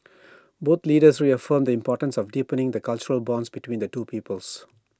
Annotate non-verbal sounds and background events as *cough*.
*noise* both leaders reaffirmed the importance of deepening the cultural bonds between the two peoples